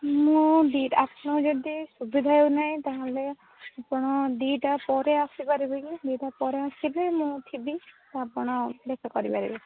ମୁଁ ଆପଣଙ୍କୁ ଯଦି ସୁବିଧା ହେଉନାହିଁ ତାହେଲେ ଆପଣ ଦୁଇଟା ପରେ ଆସି ପାରିବେ କି ଦୁଇଟା ପରେ ଆସିବେ ମୁଁ ଥିବି ତ ଆପଣ ଦେଖା କରିପାରିବେ